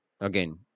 again